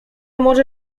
może